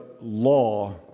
law